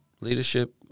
leadership